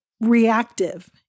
reactive